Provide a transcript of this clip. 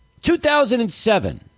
2007